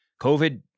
COVID